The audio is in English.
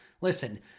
Listen